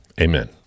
amen